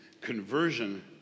conversion